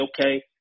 okay